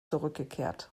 zurückgekehrt